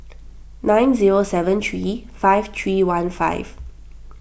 nine zero seven three five three one five